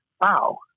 Wow